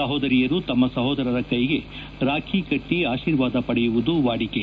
ಸಹೋದರಿಯರು ತಮ್ಮ ಸಹೋದರರ ಕೈಗೆ ರಾಖಿ ಕಟ್ಟಿ ಆಶೀರ್ವಾದ ಪಡೆಯುವುದು ವಾಡಿಕೆ